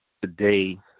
today